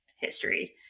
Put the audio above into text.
history